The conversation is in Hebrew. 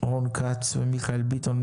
רון כץ ומיכאל ביטון בעד,